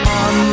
on